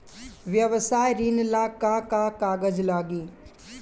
व्यवसाय ऋण ला का का कागज लागी?